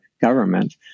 government